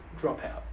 Dropout